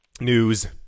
news